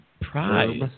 prize